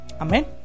Amen